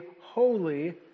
holy